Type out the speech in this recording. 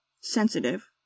sensitive